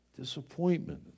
Disappointment